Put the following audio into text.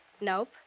Nope